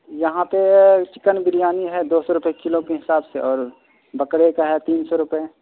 یہاں پہ چکن بریانی ہے دو سو روپے کلو کے حساب سے اور بکرے کا ہے تین سو روپے